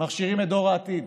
מכשירים את דור העתיד,